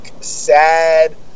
sad